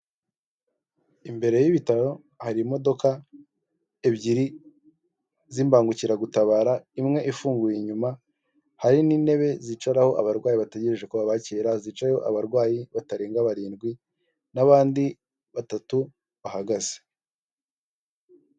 Itangazo ryo kwamamariza ikigo gikoresha serivisi kuri murandasi kizwi nk'irembo iryo tangazo rivuga ko bafunguye uburyo bushyashya aho bakwishyura serivisi zo muri laboratwari bifashisha mu ibirembo, umunsi hari uburyo wabona aho wabashaka guhamagara kuri mirongo ikenda icyenda n'ikenda